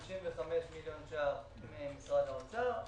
55 מיליון שקל ממשרד האוצר,